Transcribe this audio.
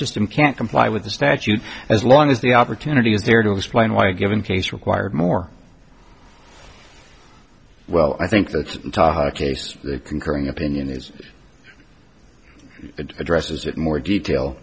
system can't comply with the statute as long as the opportunity is there to explain why a given case required more well i think that's the case concurring opinion is it addresses it more detail